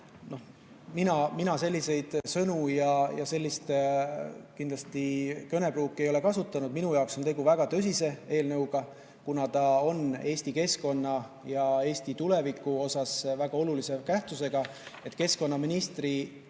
Mina selliseid sõnu, sellist kõnepruuki kindlasti ei ole kasutanud. Minu jaoks on tegu väga tõsise eelnõuga, kuna see on Eesti keskkonna ja Eesti tuleviku seisukohalt väga olulise tähtsusega. Keskkonnaministri